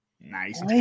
Nice